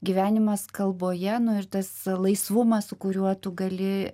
gyvenimas kalboje nuvertęs laisvumas su kuriuo tu gali